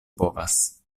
povas